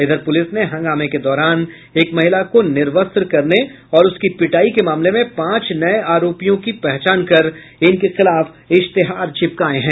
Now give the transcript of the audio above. इधर पुलिस ने हंगामे के दौरान एक महिला को निर्वस्त्र करने और उसकी पिटायी के मामले में पांच नए आरोपियों की पहचान कर इनके खिलाफ इश्तेहार चिपकाए हैं